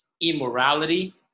immorality